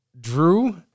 Drew